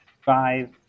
five